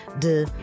de